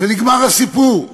ונגמר הסיפור,